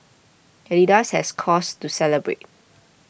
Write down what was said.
Adidas has cause to celebrate